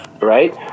right